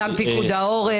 גם פיקוד העורף.